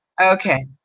Okay